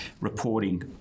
reporting